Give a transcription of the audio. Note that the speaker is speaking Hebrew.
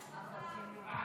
הכנסת מירב בן ארי.